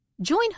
Join